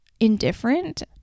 indifferent